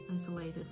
isolated